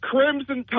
Crimson